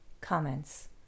comments